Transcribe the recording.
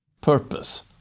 purpose